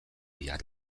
behar